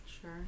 Sure